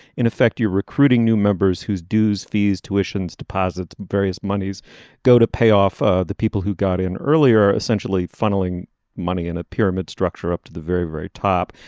in effect you're recruiting new members whose dues fees tuitions deposit various moneys go to pay off ah the people who got in earlier essentially funneling money in a pyramid structure up to the very very top.